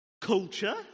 culture